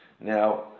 Now